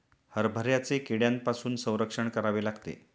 हरभऱ्याचे कीड्यांपासून संरक्षण करावे लागते